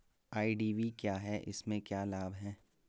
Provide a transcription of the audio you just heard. IDV क्या है इसमें क्या लाभ है?